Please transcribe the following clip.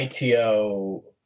ITO